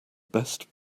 best